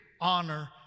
honor